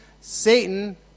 Satan